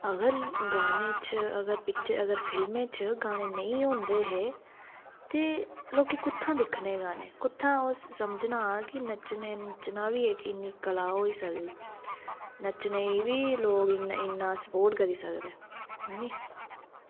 अगर गाने च पिक्चर अगर फिल्में च गाने नेईं होंदे हे ते लोकें कुत्थां दिक्खने हे गाने कुत्थां ते कुत्थां समझना हा की नच्चने आह्ली बी कला होई सकदी नच्चने गी लोग इन्ना स्पोर्ट करी सकदे